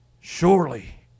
Surely